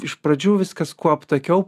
iš pradžių viskas kuo aptakiau